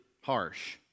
harsh